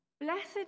Blessed